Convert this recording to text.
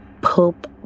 Pope